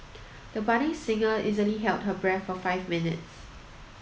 the budding singer easily held her breath for five minutes